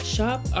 shop